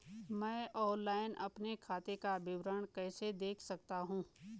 मैं ऑनलाइन अपने खाते का विवरण कैसे देख सकता हूँ?